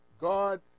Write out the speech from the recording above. God